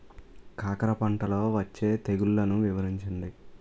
కాకర పంటలో వచ్చే తెగుళ్లను వివరించండి?